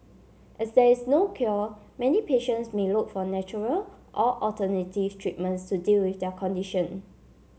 as there is no cure many patients may look for natural or alternative treatments to deal with their condition